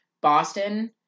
Boston